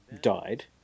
died